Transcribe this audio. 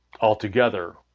altogether